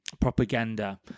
propaganda